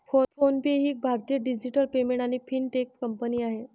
phone पे ही एक भारतीय डिजिटल पेमेंट आणि फिनटेक कंपनी आहे